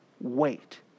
wait